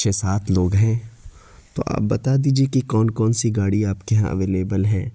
چھ سات لوگ ہیں تو آپ بتا دیجیے کہ کون کون سی گاڑی آپ کے یہاں اویلیبل ہے